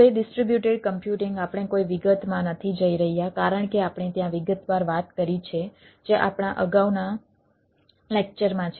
હવે distributed computing આપણે કોઈ વિગતમાં નથી જઈ રહ્યા કારણ કે આપણે ત્યાં વિગતવાર વાત કરી છે જે આપણા અગાઉના લેક્ચરમાં છે